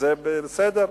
וזה בסדר,